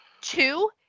Two